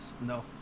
No